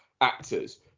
actors